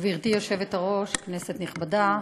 גברתי היושבת-ראש, כנסת נכבדה,